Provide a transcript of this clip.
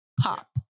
pop